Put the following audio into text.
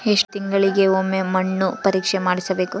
ಎಷ್ಟು ತಿಂಗಳಿಗೆ ಒಮ್ಮೆ ಮಣ್ಣು ಪರೇಕ್ಷೆ ಮಾಡಿಸಬೇಕು?